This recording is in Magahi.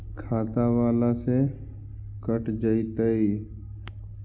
खाता बाला से कट जयतैय?